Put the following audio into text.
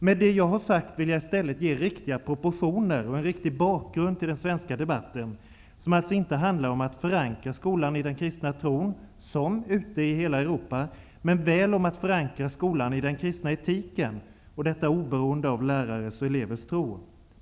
Med det jag har sagt vill jag i stället ge riktiga proportioner och en riktig bakgrund till den svenska debatten, som alltså inte handlar om att förankra skolan i den kristna tron, som ute i hela Europa, men väl om att förankra skolan i den kristna etiken, oberoende av lärares och elevers tro.